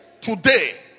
Today